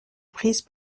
prise